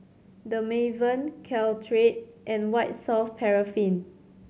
Dermaveen Caltrate and White Soft Paraffin